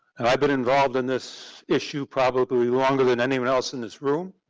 and i've been involved in this issue probably longer than anyone else in this room.